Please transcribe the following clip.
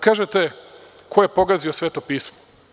Kažete, ko je pogazio sveto pismo?